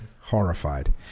Horrified